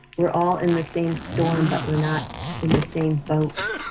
we're all in the same storm but we're not in the same boat.